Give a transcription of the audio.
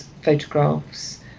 photographs